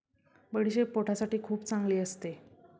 बडीशेप पोटासाठी खूप चांगली असते